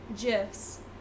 gifs